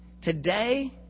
Today